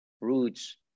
roots